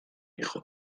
hijo